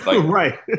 Right